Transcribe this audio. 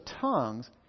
tongues